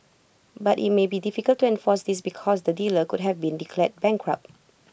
but IT may be difficult to enforce this because the dealer could have been declared bankrupt